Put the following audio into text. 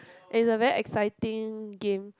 is a very exciting game